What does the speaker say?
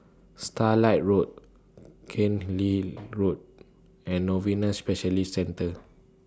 Starlight Road Road and Novena Specialist Centre